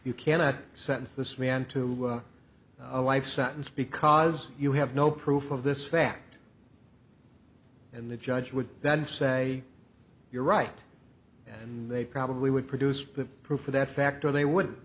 you cannot sentence this man to a life sentence because you have no proof of this fact and the judge would then say you're right and they probably would produce the proof for that fact or they would